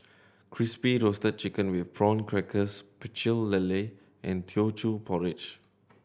Crispy Roasted Chicken with Prawn Crackers Pecel Lele and Teochew Porridge